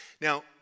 Now